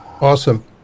Awesome